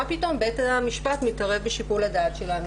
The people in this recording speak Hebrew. פתאום בית המשפט מתערב בשיקול הדעת שלנו.